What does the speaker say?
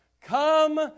come